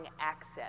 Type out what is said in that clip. access